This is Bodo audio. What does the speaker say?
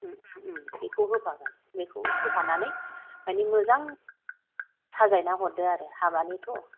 बेखौ होफागोन बेखौ होफानानै मानि मोजां साजायना हरदो आरो हाबानि थ